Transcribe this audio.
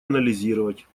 анализировать